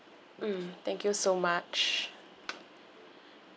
mm thank you so much